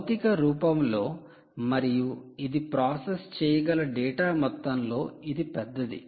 భౌతిక రూపము లో మరియు ఇది ప్రాసెస్ చేయగల డేటా మొత్తంలో ఇది పెద్దది